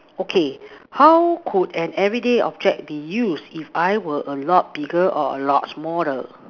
okay how could an everyday object be use if I were a lot bigger or a lot smaller